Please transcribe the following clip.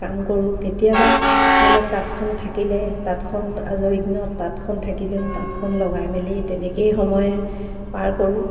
কাম কৰোঁ কেতিয়াবা ধৰি লওক তাঁতখন থাকিলে তাঁতখন আজৰি দিনত তাঁতখন থাকিলেও তাঁতখন লগাই মেলি তেনেকৈয়ে সময় পাৰ কৰোঁ